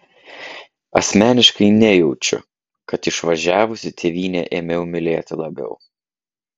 asmeniškai nejaučiu kad išvažiavusi tėvynę ėmiau mylėti labiau